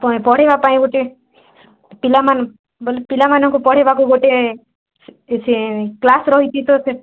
ପଢ଼ିବା ପାଇଁ ଗୋଟିଏ ପିଲାମାନ ବୋଇଲେ ପିଲାମାନଙ୍କୁ ପଢ଼ିବାକୁ ଗୋଟେ ସେ କ୍ଲାସ୍ ରହିଛି ତ